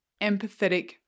empathetic